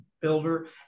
builder